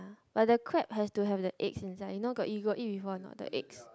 but the crab has to have the eggs inside you know you got eat before or not the eggs